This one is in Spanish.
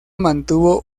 mantuvo